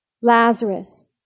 Lazarus